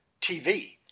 TV